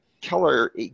Keller